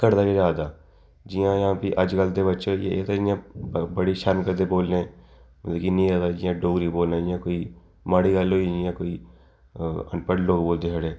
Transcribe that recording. घटदा गै जा दा जि'यां भी अज्ज्कल दे बच्चे होइये एह् ते इ'यां बड़ी शरम करदे बोलने ई ते जि'यां कोई डोगरी बोलना कोई माड़ी गल्ल होई जि'यां कोई अ अनपढ़ लोग बोलदे छड़े